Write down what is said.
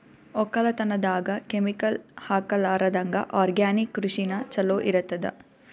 ಒಕ್ಕಲತನದಾಗ ಕೆಮಿಕಲ್ ಹಾಕಲಾರದಂಗ ಆರ್ಗ್ಯಾನಿಕ್ ಕೃಷಿನ ಚಲೋ ಇರತದ